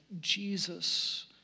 Jesus